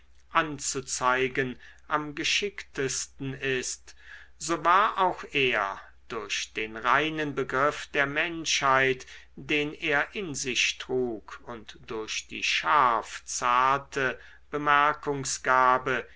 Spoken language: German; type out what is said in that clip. anzuzeigen am geschicktesten ist so war auch er durch den reinen begriff der menschheit den er in sich trug und durch die scharf zarte bemerkungsgabe